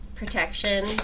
protection